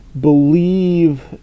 believe